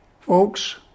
Folks